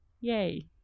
yay